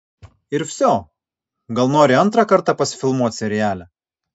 ir vsio gal nori antrą kartą pasifilmuot seriale